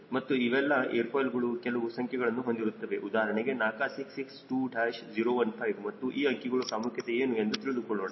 ಮತ್ತು ಇವೆಲ್ಲಾ ಏರ್ ಫಾಯ್ಲ್ಗಳು ಕೆಲವು ಸಂಖ್ಯೆಗಳನ್ನು ಹೊಂದಿರುತ್ತದೆ ಉದಾಹರಣೆಗೆ NACA 66 2 015 ಮತ್ತು ಈ ಅಂಕಿಗಳ ಪ್ರಾಮುಖ್ಯತೆ ಏನು ಎಂದು ತಿಳಿದುಕೊಳ್ಳೋಣ